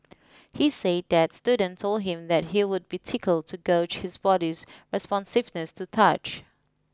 he say that student told him that he would be tickled to gauge his body's responsiveness to touch